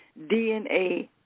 DNA